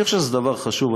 אני חושב שזה דבר חשוב.